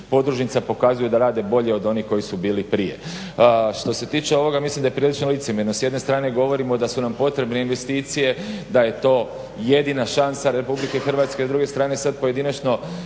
podružnica pokazuju da rade bolje od onih koji su bili prije. Što se tiče ovoga, mislim da je prilično licemjerno, s jedne strane govorimo da su nam potrebne investicije, da je to jedina šansa RH, s druge strane sad pojedinačno